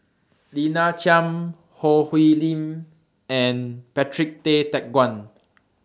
Lina Chiam Choo Hwee Lim and Patrick Tay Teck Guan